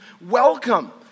welcome